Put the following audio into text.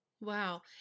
Wow